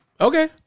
Okay